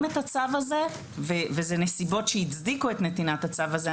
את הצו הזה וזה נסיבות שהצדיקו את נתינת הצו הזה,